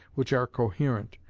which are coherent,